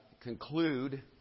conclude